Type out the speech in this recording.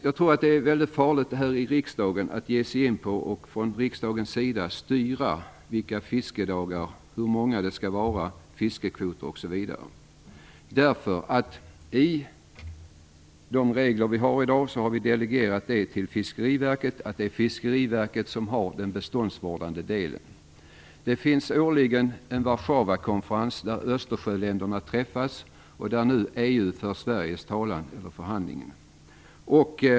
Jag tror att det är väldigt farligt att här i riksdagen ge sig in på att styra fiskedagarna; hur många de skall vara, hur det skall vara med fiskekvoterna osv. I de regler som finns i dag har vi delegerat detta till Fiskeriverket. Det är Fiskeriverket som har hand om den beståndsvårdande delen. På Warszawakonferensen träffas Östersjöländerna varje år. Där är det nu EU som för Sveriges talan under förhandlingarna.